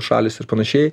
šalys ir panašiai